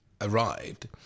arrived